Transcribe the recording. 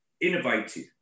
innovative